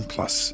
Plus